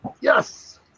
Yes